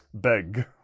big